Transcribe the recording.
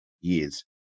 years